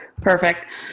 Perfect